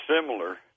similar